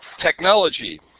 Technology